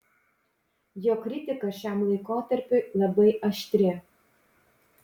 jo kritika šiam laikotarpiui labai aštri